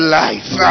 life